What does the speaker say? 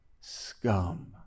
scum